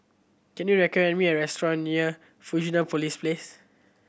can you recommend me a restaurant near Fusionopolis Place